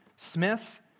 Smith